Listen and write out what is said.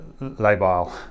labile